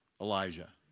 Elijah